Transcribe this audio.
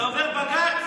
זה עובר בג"ץ?